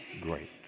great